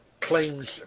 claims